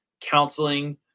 counseling